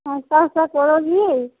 नाश्ता उस्ता करोगी